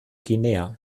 guinea